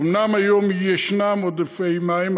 אומנם היום יש עודפי מים,